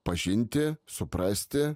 pažinti suprasti